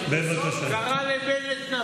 המשפחה כבר לא שלמה,